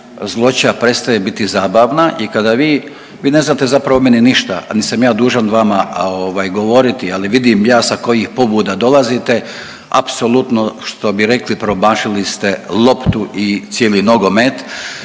zloća prestaje biti zabavna i kada vi, vi ne znate zapravo o meni ništa, niti sam je dužan vama ovaj govoriti, ali vidim ja sa kojih pobuda dolazite. Apsolutno što bi rekli promašili ste loptu i cijeli nogomet.